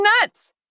nuts